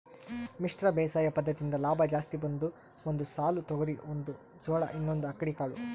ಮಿಶ್ರ ಬೇಸಾಯ ಪದ್ದತಿಯಿಂದ ಲಾಭ ಜಾಸ್ತಿ ಒಂದು ಸಾಲು ತೊಗರಿ ಒಂದು ಜೋಳ ಇನ್ನೊಂದು ಅಕ್ಕಡಿ ಕಾಳು